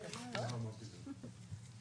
זה לא מעניין.